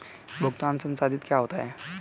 भुगतान संसाधित क्या होता है?